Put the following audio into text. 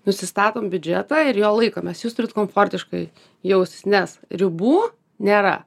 nusistatom biudžetą ir jo laikomės jūs turit komfortiškai jaustis nes ribų nėra